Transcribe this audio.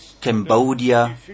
Cambodia